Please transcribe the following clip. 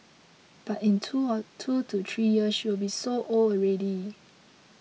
but in two or two to three years she will be so old already